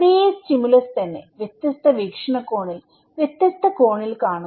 ഒരേ സ്റ്റിമുലസ് തന്നെ വ്യത്യസ്ത വീക്ഷണകോണിൽവ്യത്യസ്ത കോണിൽ കാണുന്നു